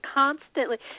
constantly